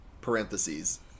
Parentheses